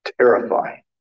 Terrifying